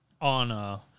on